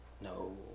No